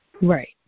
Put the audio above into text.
Right